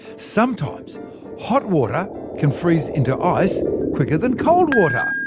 sometimes hot water can freeze into ice quicker than cold water!